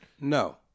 No